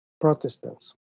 Protestants